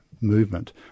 movement